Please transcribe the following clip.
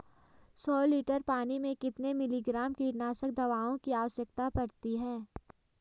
सौ लीटर पानी में कितने मिलीग्राम कीटनाशक दवाओं की आवश्यकता पड़ती है?